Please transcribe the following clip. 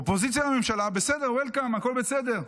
אופוזיציה לממשלה, בסדר, Welcome, הכול בסדר.